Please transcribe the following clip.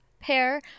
pear